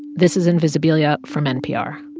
this is invisibilia from npr